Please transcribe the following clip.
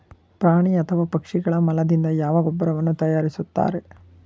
ಪ್ರಾಣಿ ಅಥವಾ ಪಕ್ಷಿಗಳ ಮಲದಿಂದ ಯಾವ ಗೊಬ್ಬರವನ್ನು ತಯಾರಿಸುತ್ತಾರೆ?